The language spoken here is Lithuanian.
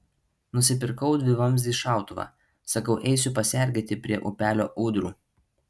nusipirkau dvivamzdį šautuvą sakau eisiu pasergėti prie upelio ūdrų